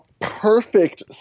perfect